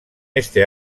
este